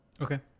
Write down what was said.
Okay